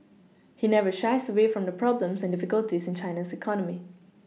he never shies away from the problems and difficulties in China's economy